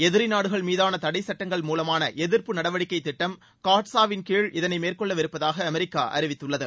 எதிரி நாடுகள் மீதான தடைச் சட்டங்கள் மூலமான எதிர்ப்பு நடவடிக்கை திட்டம் காட்சா வின் கீழ் இதனை மேற்கொள்ளவிருப்பதாக அமெரிக்கா அறிவித்துள்ளது